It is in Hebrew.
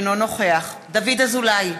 אינו נוכח דוד אזולאי,